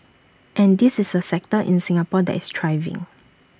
and this is A sector in Singapore that is thriving